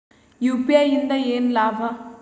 UPI ಇಂದ ಏನ್ ಲಾಭ?